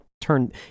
turn